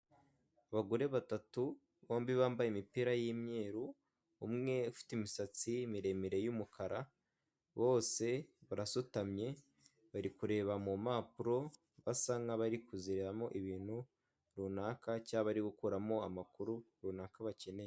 Abagore batatu, bombi bambaye imipira y'imyeru ufite imisatsi miremire y'umukara, bose barasutamye, bari kureba mu mpapuro basa nk'abari kuzireramo ibintu runaka cyangwaba bari gukuramo amakuru runaka bakeneye.